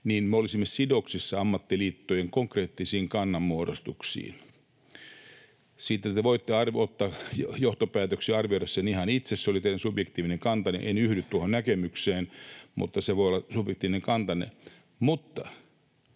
— olisimme sidoksissa ammattiliittojen konkreettisiin kannanmuodostuksiin. Siitä te voitte ottaa johtopäätöksiä, arvioida sen ihan itse. Se oli teidän subjektiivinen kantanne. En yhdy tuohon näkemykseen, mutta se voi olla subjektiivinen kantanne. Mutta